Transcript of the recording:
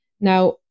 Now